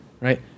right